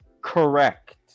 Correct